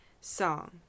song